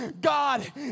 God